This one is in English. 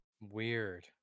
weird